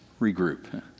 Regroup